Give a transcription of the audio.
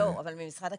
לא, אבל ממשרד הקליטה.